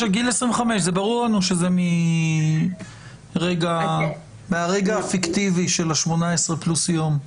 ברור לנו שזה מהרגע הפיקטיבי של 18 פלוס יום.